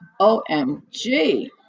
OMG